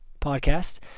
podcast